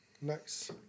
Nice